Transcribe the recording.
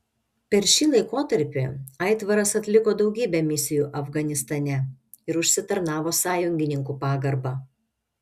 per šį laikotarpį aitvaras atliko daugybę misijų afganistane ir užsitarnavo sąjungininkų pagarbą